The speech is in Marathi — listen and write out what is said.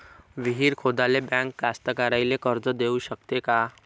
विहीर खोदाले बँक कास्तकाराइले कर्ज देऊ शकते का?